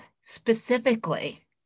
specifically